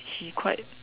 he quite